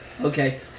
Okay